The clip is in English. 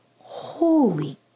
holy